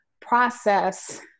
process